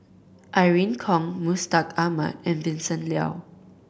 Irene Khong Mustaq Ahmad and Vincent Leow